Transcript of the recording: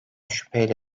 şüpheyle